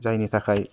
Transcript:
जायनि थाखाय